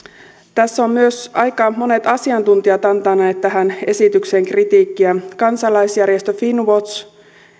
tässä ovat myös aika monet asiantuntijat antaneet tähän esitykseen kritiikkiä kansalaisjärjestö finnwatch